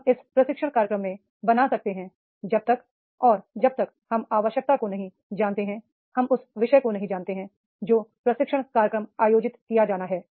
हम एक प्रशिक्षण कार्यक्रम नहीं बना सकते जब तक और जब तक हम आवश्यकता को नहीं जानते हैं हम उस विषय को नहीं जानते हैं जो प्रशिक्षण कार्यक्रम आयोजित किया जाना है